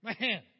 Man